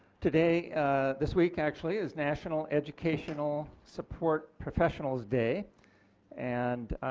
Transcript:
today this week actually is national educational support professionals day and